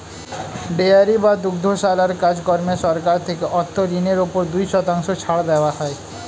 dairy বা দুগ্ধশালার কাজ কর্মে সরকার থেকে অর্থ ঋণের উপর দুই শতাংশ ছাড় দেওয়া হয়